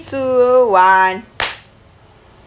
two one